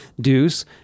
Deuce